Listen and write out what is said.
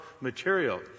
material